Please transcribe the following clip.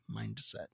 mindset